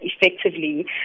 effectively